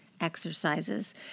exercises